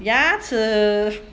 牙齿